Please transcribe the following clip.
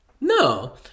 No